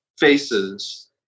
faces